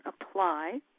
apply